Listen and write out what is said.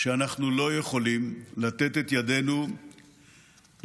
שאנחנו לא יכולים לתת את ידינו לעישון